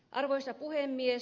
arvoisa puhemies